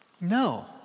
No